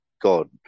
God